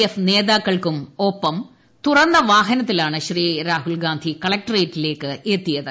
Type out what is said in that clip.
F നേതാക്കൾക്കും ഒപ്പം തുറന്ന വാഹനത്തിലാണ് രാഹുൽഗാന്ധി കളക്ട്രേറ്റിലേക്ക് എത്തിയത്